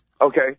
okay